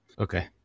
Okay